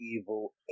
Evil